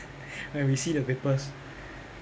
when we see the papers